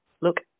look